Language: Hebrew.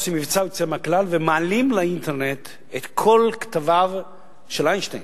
עושים מבצע יוצא מהכלל ומעלים לאינטרנט את כל כתביו של איינשטיין,